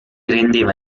rendeva